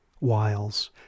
wiles